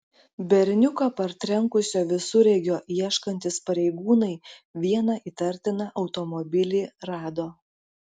berniuką partrenkusio visureigio ieškantys pareigūnai vieną įtartiną automobilį rado